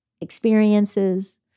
experiences